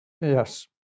Yes